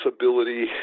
ability